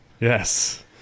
Yes